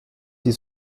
die